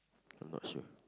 I'm not sure